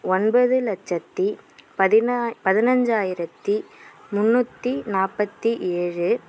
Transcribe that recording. ஒன்பது லட்சத்தி பதினஞ்சாயிரத்தி முந்நூற்றி நாற்பத்தி ஏழு